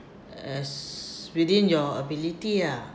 as within your ability ah